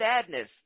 sadness